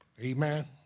Amen